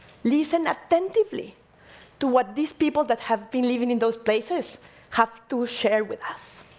listen attentively to what this people that have been living in those places have to share with us.